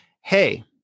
hey